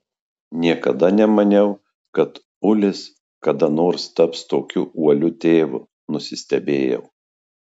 niekada nemaniau kad ulis kada nors taps tokiu uoliu tėvu nusistebėjau